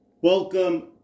Welcome